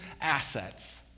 assets